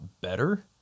better